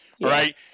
Right